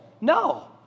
No